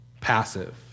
passive